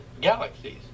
galaxies